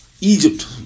Egypt